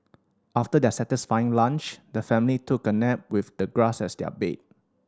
after their satisfying lunch the family took a nap with the grass as their bed